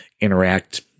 interact